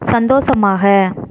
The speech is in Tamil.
சந்தோஷமாக